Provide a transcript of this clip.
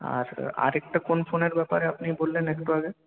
আর আরেকটা কোন ফোনের ব্যাপারে আপনি বললেন একটু আগে